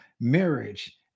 marriage